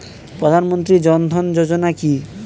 প্রধানমন্ত্রী জনধন যোজনা কি?